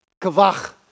kavach